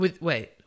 wait